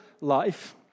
life